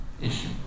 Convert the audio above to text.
issue